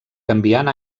canviant